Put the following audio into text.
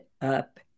up